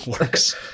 works